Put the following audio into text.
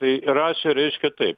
tai rašė reiškia taip